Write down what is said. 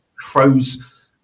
froze